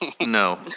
No